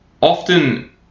often